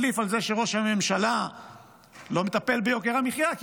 סמוטריץ' מדליף שראש הממשלה לא מטפל ביוקר המחיה כי